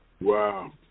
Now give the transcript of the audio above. Wow